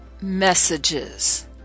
messages